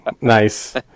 nice